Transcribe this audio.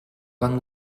van